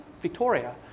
Victoria